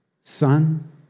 son